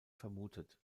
vermutet